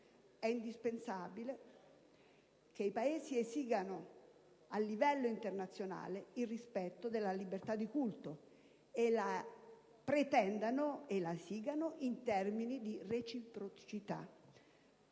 È indispensabile che i Paesi esigano a livello internazionale il rispetto della libertà di culto e la pretendano in termini di reciprocità.